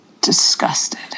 disgusted